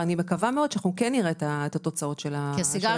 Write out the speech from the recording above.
אני מקווה שאנחנו כן נראה את התוצאות של זה.